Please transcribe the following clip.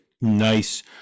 nice